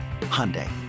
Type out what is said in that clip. Hyundai